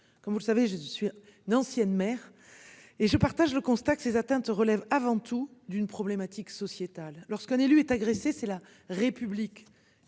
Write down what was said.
Comme vous le savez je suis nancéenne mère et je partage le constat que ces atteintes relève avant tout d'une problématique sociétale, lorsqu'un élu est agressé, c'est la République